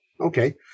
okay